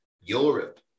Europe